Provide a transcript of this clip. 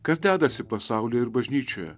kas dedasi pasauly ir bažnyčioje